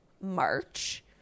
March